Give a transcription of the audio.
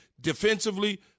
Defensively